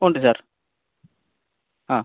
ഉണ്ട് സാർ ആ